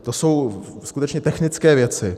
To jsou skutečně technické věci.